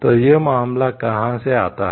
तो यह मामला कहां से आता है